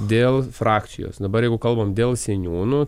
dėl frakcijos dabar jeigu kalbam dėl seniūnų